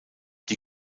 die